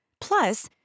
Plus